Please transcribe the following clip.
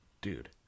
Dude